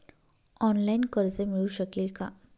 Online कर्ज मिळू शकेल का?